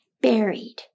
buried